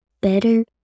better